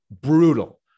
Brutal